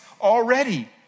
already